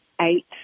eight